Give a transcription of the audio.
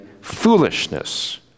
foolishness